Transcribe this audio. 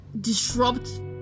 disrupt